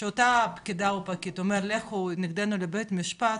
כשאותה פקידה או פקיד אומר לכו לדון לבית המשפט,